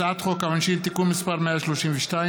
הצעת חוק העונשין (תיקון מס' 132),